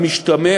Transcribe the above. המשתמע